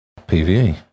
PVE